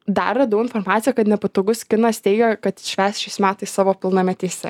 dar radau informaciją kad nepatogus kinas teigia kad švęs šiais metais savo pilnametystę